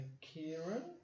Kieran